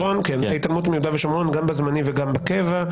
ההתעלמות מיהודה ושומרון גם בזמני וגם בקבע,